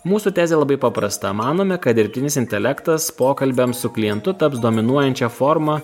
mūsų tezė labai paprasta manome kad dirbtinis intelektas pokalbiams su klientu taps dominuojančia forma